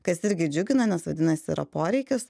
kas irgi džiugina nes vadinasi yra poreikis